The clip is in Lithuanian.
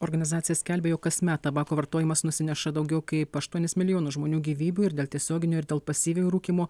organizacija skelbia jog kasmet tabako vartojimas nusineša daugiau kaip aštuonis milijonų žmonių gyvybių ir dėl tiesioginio ir dėl pasyviojo rūkymo